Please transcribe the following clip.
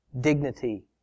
Dignity